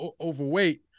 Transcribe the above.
overweight